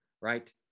right